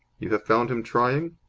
you have found him trying?